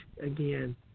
again